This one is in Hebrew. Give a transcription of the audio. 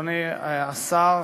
אדוני השר,